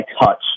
touch